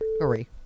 hurry